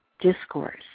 discourse